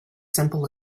simple